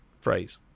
phrase